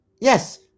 yes